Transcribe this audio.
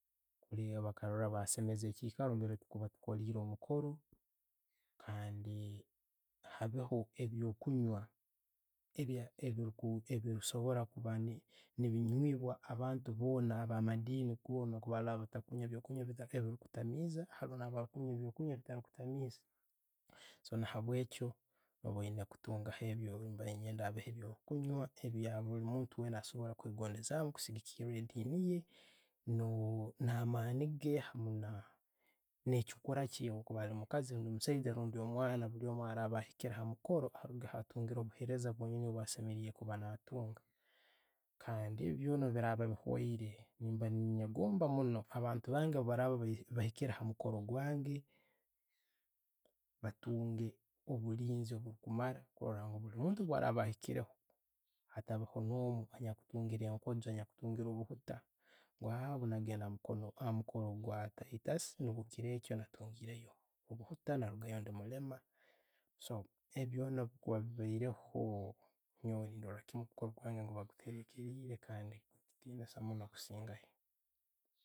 Bworara baseimeize ekikaro nambeeri tukuba tukolire omukolo, kandi habeho ebyo'kunywa ebikusoboora kuba ne'binyiibwa abantu boona aba'madiini goona. Haroho abbatakunywa eby'okunywa ebikutammiza, haroho abakunywa ebitali kutamiiza so na bwekyo no'yenda habeho ebyo'kunywa ebya'bulimuntu muntu wenna akusobora okwengondezaamu kusigiikiira ediini ye, na'maani ge, hamu ne'chikuura kye, bwakuba ali musaijja orbundi omukazi orundi ali mwana no'bwo buli hakiira hamukoro naba'atungiire buheereza bwasemerreire kuba na'tunga. Kandi byoona bwebiraba bihoire, nemba nenegomba munno ha'bantu bange bwebakuba bahiikire hamukoro gwange, batunge obuliinze obulikumara kurora ngu omuntu bwaraba haikireho, ataabaho no'mu anyakutungiire enkoojo, anyakuntungire buhutta, ngu bwenagenziire hamukoro gwa titus, niibwo na'tungireyo obuhuuta narugaayo ndi mulema, so ebyo byona bwebikuba bibaireho, nyoowe nkurorakimu omukooro gwange gukuba gutereikereire kandi ne kitiinisa munno kusingayo.